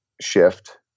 shift